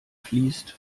fließt